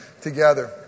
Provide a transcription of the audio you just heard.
together